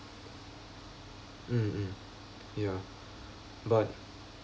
mm mm yeah but